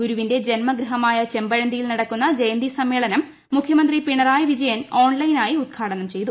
ഗുരുവിന്റെ ് ജന്മഗൃഹമായ പ്രിയ്പുഴന്തിയിൽ നടക്കുന്ന ജയന്തി സമ്മേളനം മുഖ്യമന്ത്രി പ്പിണ്റായി വിജയൻ ഓൺലൈനായി ഉദ്ഘാടനം ചെയ്തു